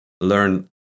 learn